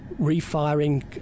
refiring